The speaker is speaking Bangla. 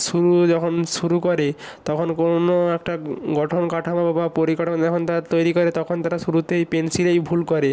শুরু যখন শুরু করে তখন কোনো একটা গঠন কাঠামো বা পরিকাঠামো যখন তারা তৈরি করে তখন তারা শুরুতেই পেন্সিলেই ভুল করে